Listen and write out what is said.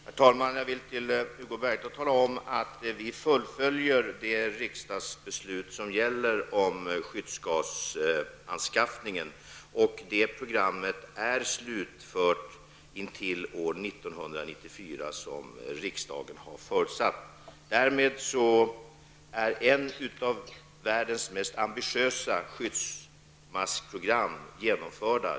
Herr talman! Jag vill informera Hugo Bergdahl om att vi följer det riksdagsbeslut som gäller beträffande skyddsmaskanskaffningen. Programmet är slutfört till 1994 på det sätt som riksdagen har förutsatt. Därmed är ett av världens mest ambitiösa skyddsmaskprogram genomfört.